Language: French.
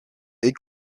est